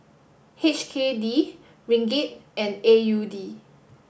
H K D Ringgit and A U D